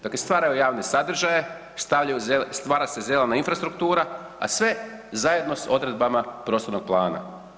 Dakle, stvaraju javne sadržaje, stavljaju, stvara se zelena infrastruktura, a sve zajedno s odredbama prostornog plana.